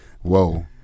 Whoa